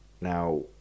now